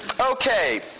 Okay